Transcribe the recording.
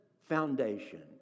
foundation